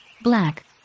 black